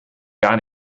gar